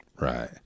right